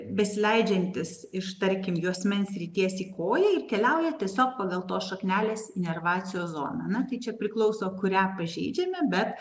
besileidžiantis iš tarkim juosmens srities į koją ir keliauja tiesiog pagal tos šaknelės inervacijos zoną na tai čia priklauso kurią pažeidžiame bet